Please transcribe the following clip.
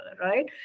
Right